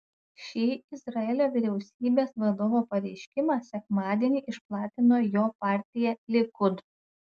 šį izraelio vyriausybės vadovo pareiškimą sekmadienį išplatino jo partija likud